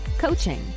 coaching